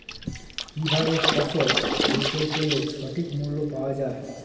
কি ভাবে ফসল বিক্রয় করলে সঠিক মূল্য পাওয়া য়ায়?